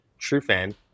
TrueFan